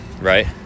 right